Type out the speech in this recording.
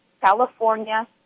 California